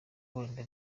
wenda